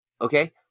okay